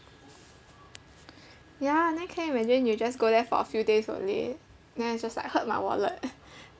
ya then can you imagine you just go there for few days only then it's just like hurt my wallet